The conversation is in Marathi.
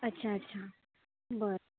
अच्छा अच्छा बरं